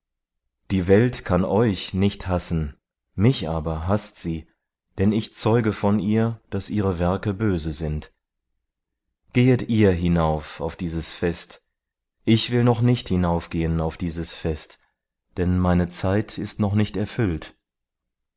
die welt kann euch nicht hassen mich aber haßt sie denn ich zeuge von ihr daß ihre werke böse sind gehet ihr hinauf auf dieses fest ich will noch nicht hinaufgehen auf dieses fest den meine zeit ist noch nicht erfüllt